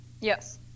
Yes